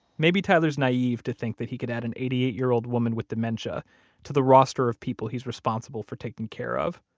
maybe tyler's naive to think that he could add an eighty eight year old woman with dementia to the roster of people he's responsible for taking care of.